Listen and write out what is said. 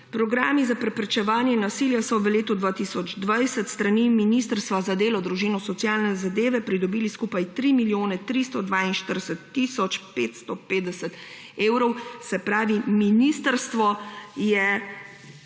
Programi za preprečevanje nasilja so v letu 2020 s strani Ministrstva za delo, družino, socialne zadeve in enake možnosti pridobili skupaj 3 milijone 342 tisoč 550 evrov. Se pravi, ministrstvo je